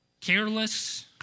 careless